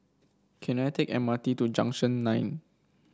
can I take M R T to Junction Nine